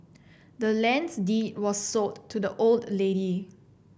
the land's deed was sold to the old lady